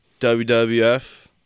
WWF